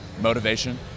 motivation